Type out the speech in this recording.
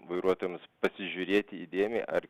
vairuotojams pasižiūrėti įdėmiai ar